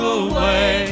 away